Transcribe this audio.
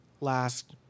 last